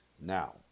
now